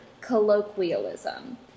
colloquialism